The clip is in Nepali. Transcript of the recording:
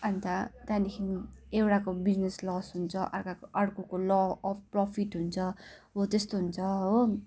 अन्त त्यहाँदखि एउटाको बिजनेस लस हुन्छ अर्काको अर्कोको ल प्रफिट हुन्छ हो त्यस्तो हुन्छ हो